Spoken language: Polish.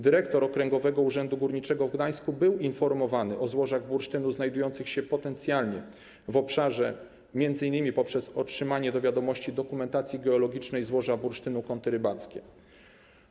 Dyrektor Okręgowego Urzędu Górniczego w Gdańsku był informowany o złożach bursztynu znajdujących się potencjalnie na tym obszarze m.in. poprzez otrzymanie do wiadomości dokumentacji geologicznej złoża bursztynu Kąty Rybackie.